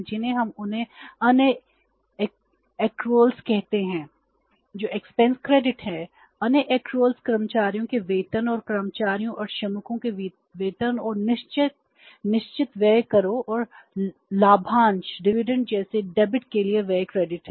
और ये spontaneous finance के लिए व्यय क्रेडिट हैं